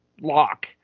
lock